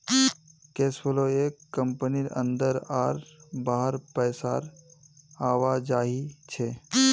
cash flow एक कंपनीर अंदर आर बाहर पैसार आवाजाही छे